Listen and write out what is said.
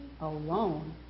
alone